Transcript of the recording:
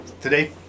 today